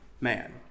man